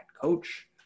coach